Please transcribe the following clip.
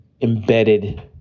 embedded